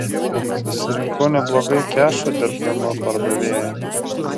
susirinkau neblogai kešo dirbdama pardavėja